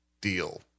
deal